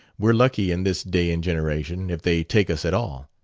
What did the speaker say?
we're lucky, in this day and generation, if they take us at all.